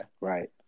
Right